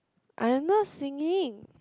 I am not singing